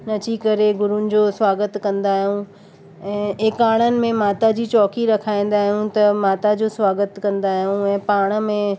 नची करे गुरुनि जो स्वागत कंदा आहियूं ऐं एकाड़नि में माता जी चौकी रखाईंदा आहियूं त माता जो स्वागत कंदा आहियूं ऐं पाण में